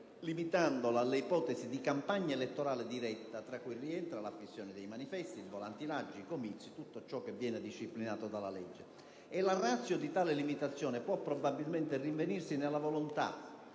limitandola alle ipotesi di campagna elettorale diretta, tra cui rientrano l'affissione dei manifesti, il volantinaggio, i comizi e tutto ciò che viene disciplinato dalla legge. La *ratio* di tale limitazione può probabilmente rinvenirsi nella volontà